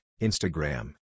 Instagram